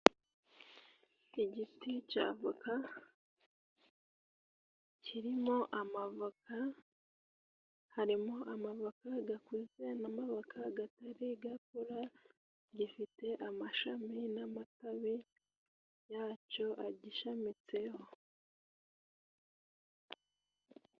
Igiti c'avoka , kirimo amavoka. Harimo amavoka gakuze n'amavoka gatari gakura. Gifite amashami n'amatabi gaco agishamitseho.